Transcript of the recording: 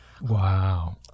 Wow